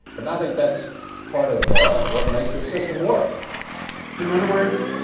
and i think that's part of what makes the system work in other words,